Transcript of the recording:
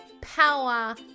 power